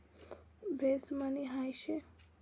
Base money काय शे?